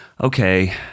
okay